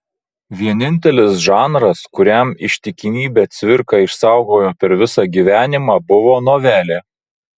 vienintelis žanras kuriam ištikimybę cvirka išsaugojo per visą gyvenimą buvo novelė